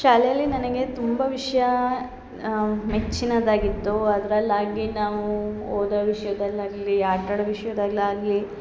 ಶಾಲೆಯಲ್ಲಿ ನನಗೆ ತುಂಬ ವಿಷಯ ಮೆಚ್ಚಿನದಾಗಿತ್ತು ಅದ್ರಲ್ಲಾಗಿ ನಾವು ಓದೋ ವಿಷ್ಯದಲ್ಲಾಗಲಿ ಆಟಾಡೊ ವಿಷ್ಯದಲ್ಲಾಗಲಿ